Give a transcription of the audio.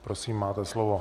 Prosím, máte slovo.